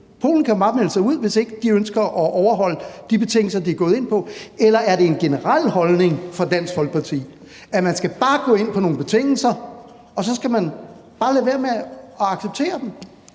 Polen kan jo bare melde sig ud, hvis ikke de ønsker at overholde de betingelser, de er gået ind på. Eller er det en generel holdning hos Dansk Folkeparti, at man bare skal gå ind på nogle betingelser, og så skal man bare lade være med at acceptere dem?